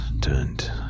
turned